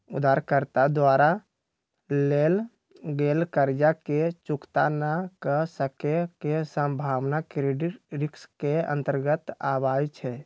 उधारकर्ता द्वारा लेल गेल कर्जा के चुक्ता न क सक्के के संभावना क्रेडिट रिस्क के अंतर्गत आबइ छै